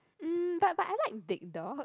mm but but I like big dogs